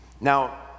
Now